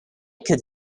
could